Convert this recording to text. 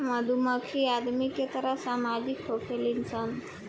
मधुमक्खी आदमी के तरह सामाजिक होखेली सन